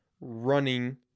running